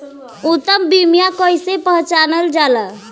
उत्तम बीया कईसे पहचानल जाला?